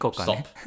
stop